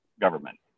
government